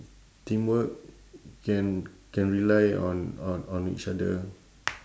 teamwork can can rely on on on each other